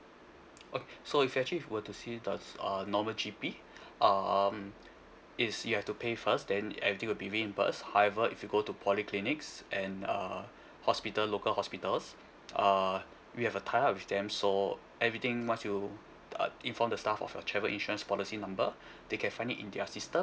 okay so if you actually were to see the uh normal G_P um it's you have to pay first then everything will be reimbursed however if you go to polyclinics and uh hospital local hospitals uh we have a tie up with them so everything once you uh inform the staff of your travel insurance policy number they can find it in their system